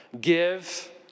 give